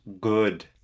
good